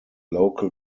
local